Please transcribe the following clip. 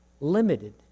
limited